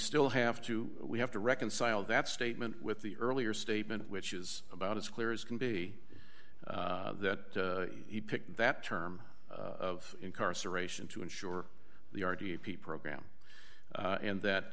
still have to we have to reconcile that statement with the earlier statement which is about as clear as can be that he picked that term of incarceration to ensure the r g p program and that